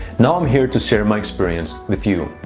now i'm here to share my experience with you.